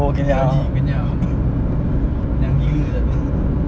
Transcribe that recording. gaji kenyang kenyang gila dah tu